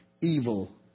Evil